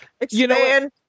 expand